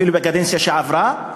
אפילו בקדנציה שעברה,